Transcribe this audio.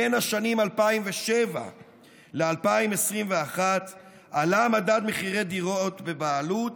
בין השנים 2007 ו-2021 עלה מדד מחירי דירות בבעלות